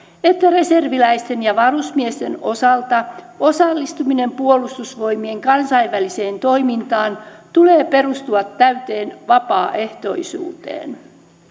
että reserviläisten ja varusmiesten osalta osallistuminen puolustusvoimien kansainväliseen toimintaan tulee perustua täyteen vapaaehtoisuuteen